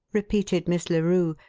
repeated miss larue,